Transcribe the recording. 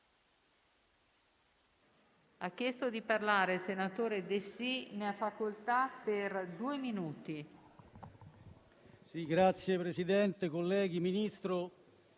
Signor Presidente, colleghi, Ministro,